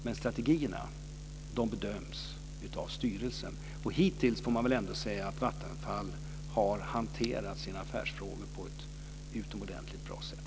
Men strategierna bedöms av styrelsen, och hittills får man väl ändå säga att Vattenfall har hanterat sina affärsfrågor på ett utomordentligt bra sätt.